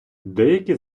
деякі